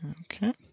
Okay